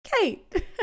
Kate